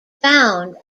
found